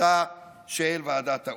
החלטתה של ועדת האו"ם.